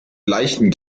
leichten